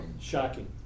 shocking